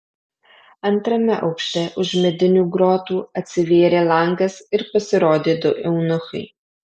antrame aukšte už medinių grotų atsivėrė langas ir pasirodė du eunuchai